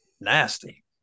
nasty